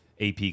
AP